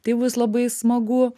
tai bus labai smagu